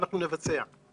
ואנחנו נבצע.